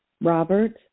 Robert